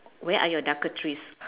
where are your darker trees